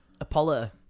Apollo